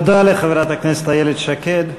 תודה לחברת הכנסת איילת שקד.